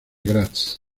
graz